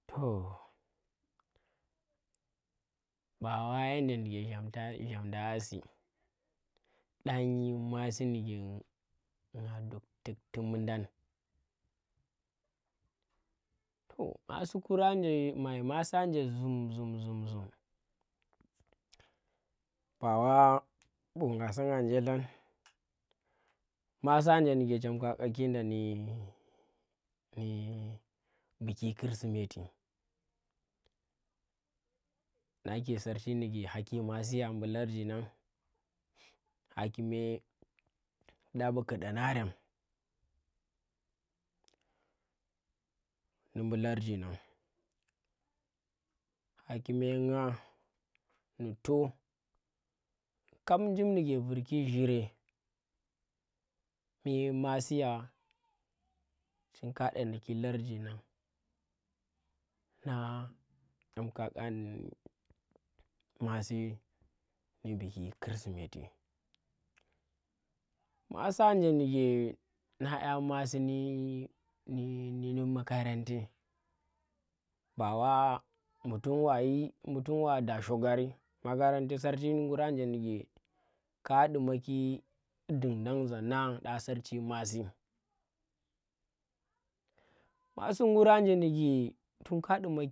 Toh!! ba wa yanda ndike zhamta zhamdang asi nda nyi masi ndike nga dug tughti mudang. To masi kuranje ai masi anje zhum zhum zhum bawa, bu nganasinga njeelhang masi anje ndike chem ka ƙakinda ndi ndi biki chrisimeti. Nah ke sarchi ndike ghaki masiye mbu larji ngan, hakime ku daba ku danarem, nu mbu larji ngan. Hakime ngah nu̱ to kab njim nduke vurki zhire mbe masiya chin ka danaki larji ngang na chem ka kanda masi, ndi biki chrisimeti. Masi anje ndi ke nang ƙya masi ndi ndi ndi makarante ba wa mbu tun wayi mbu tun wa da shogari makaranta sarchi ngur anje ndike ka duma ki dung dang za nang ɗa sarchi masi. Masi nguranje ndike tun ka dumaki.